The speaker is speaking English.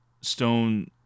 Stone